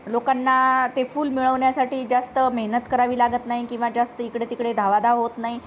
लोकांना ते फूल मिळवण्यासाठी जास्त मेहनत करावी लागत नाही किंवा जास्त इकडे तिकडे धावाधाव होत नाही